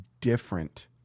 different